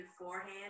beforehand